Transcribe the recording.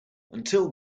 until